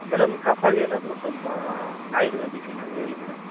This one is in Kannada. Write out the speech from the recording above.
ಮೇಡಮ್ ಕಫಕ್ಕೇನಾದ್ರು ಸ್ವಲ್ಪ ಆಯುರ್ವೇದಿಕ್ ಏನಾದರು ಹೇಳಿ ಮೇಡಮ್